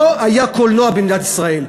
לא היה קולנוע במדינת ישראל,